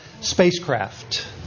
spacecraft